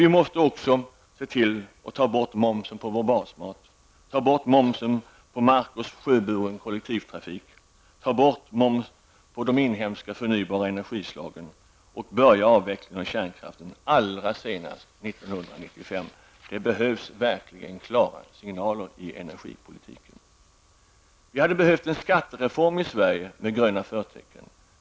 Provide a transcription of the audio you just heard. Vi måste också se till att vi tar bort momsen på vår basmat, tar bort momsen på mark och sjöburen kollektivtrafik, liksom momsen på de inhemska förnybara energislagen och börja avvecklingen av kärnkraften allra senast 1995. Det behövs verkligen klara signaler i energipolitiken. Vi hade behövt en skattereform i Sverige med gröna förtecken.